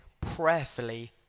prayerfully